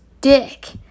Dick